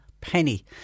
penny